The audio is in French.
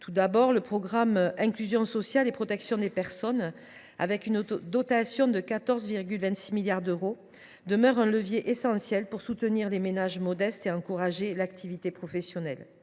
Tout d’abord, le programme 304 « Inclusion sociale et protection des personnes », avec une dotation de 14,26 milliards d’euros, demeure un levier essentiel pour soutenir les ménages modestes et encourager l’activité professionnelle.